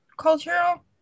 Cultural